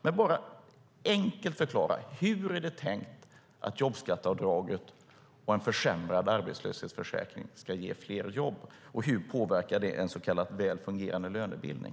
Men förklara enkelt hur det är tänkt att jobbskatteavdraget och en försämrad arbetslöshetsförsäkring ska ge fler jobb. Hur påverkar de en så kallat väl fungerande lönebildning?